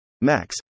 max